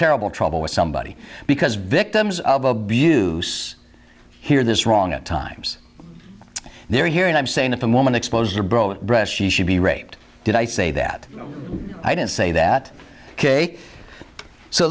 terrible trouble with somebody because victims of abuse here this wrong at times they're hearing i'm saying if a woman expose your bro breast she should be raped did i say that i didn't say that ok so